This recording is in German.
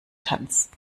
tanz